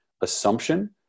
assumption